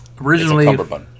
Originally